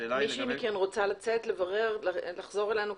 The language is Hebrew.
מישהי מכן רוצה לצאת לברר ולחזור אלינו?